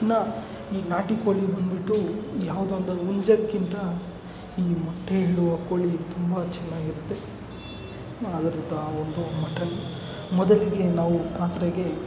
ಇನ್ನು ಈ ನಾಟಿ ಕೋಳಿ ಬಂದ್ಬಿಟ್ಟು ಯಾವುದೋ ಒಂದು ಹುಂಜಕ್ಕಿಂತ ಈ ಮೊಟ್ಟೆ ಇಡುವ ಕೋಳಿ ತುಂಬ ಚೆನ್ನಾಗಿ ಇರುತ್ತೆ ಹಾಗಂತ ಒಂದು ಮಟ್ಟನ್ ಮೊದಲಿಗೆ ನಾವು ಪಾತ್ರೆಗೆ